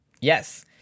Yes